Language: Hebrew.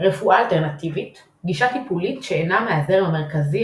רפואה אלטרנטיבית – גישה טיפולית שאינה מהזרם המרכזי,